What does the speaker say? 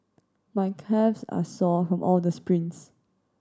my calves are sore from all the sprints